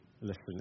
listen